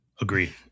Agreed